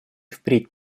впредь